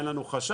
אין לנו חשש,